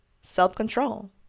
self-control